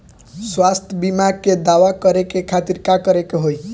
स्वास्थ्य बीमा के दावा करे के खातिर का करे के होई?